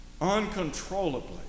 uncontrollably